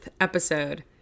episode